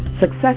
Success